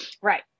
Right